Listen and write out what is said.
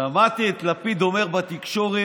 שמעתי את לפיד אומר בתקשורת: